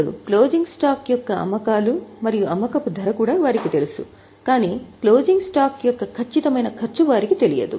ఇప్పుడు closing stock యొక్క అమ్మకాలు మరియు అమ్మకపు ధర కూడా వారికి తెలుసు కానీ క్లోజింగ్ స్టాక్ యొక్క ఖచ్చితమైన ఖర్చు వారికి తెలియదు